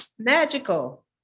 Magical